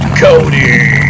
Cody